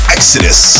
Exodus